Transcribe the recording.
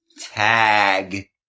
tag